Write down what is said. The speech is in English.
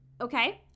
Okay